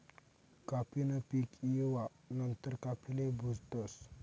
काफी न पीक येवा नंतर काफीले भुजतस